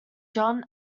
john